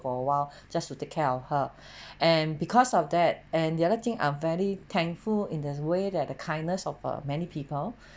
for a while just to take care of her and because of that and the other thing I'm very thankful in a way that the kindness of err many people